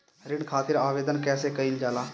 ऋण खातिर आवेदन कैसे कयील जाला?